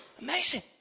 Amazing